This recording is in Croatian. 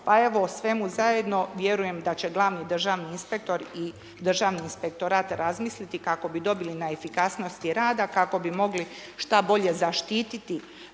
Pa evo o svemu zajedno, vjerujem da će glavni državni inspektor i državni inspektorat razmisliti kako bi dobili na efikasnosti rada, kako bi mogli šta bolje zaštititi